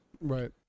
Right